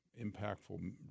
impactful